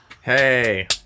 hey